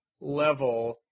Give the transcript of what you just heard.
level